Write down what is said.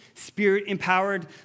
Spirit-empowered